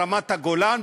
ברמת-הגולן,